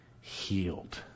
healed